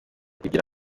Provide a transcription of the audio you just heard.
kugira